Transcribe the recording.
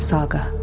Saga